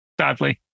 sadly